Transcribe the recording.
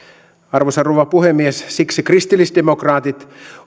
arvoisa rouva puhemies siksi kristillisdemokraatit